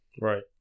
Right